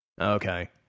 Okay